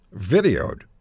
videoed